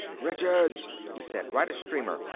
richards, he said, write a streamer,